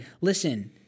listen